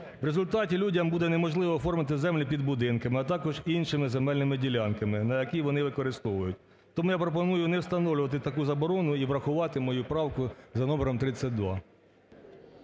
У результаті людям буде неможливо оформити землі під будинки, а також іншими земельними ділянками, які вони використовують. Тому я пропоную не встановлювати таку заборону і врахувати мою правку за номером 32.